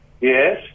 Yes